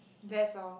that's all